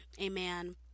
amen